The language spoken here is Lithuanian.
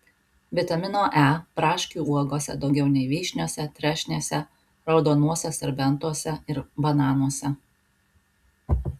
vitamino e braškių uogose daugiau nei vyšniose trešnėse raudonuose serbentuose ir bananuose